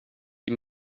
die